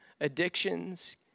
addictions